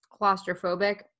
claustrophobic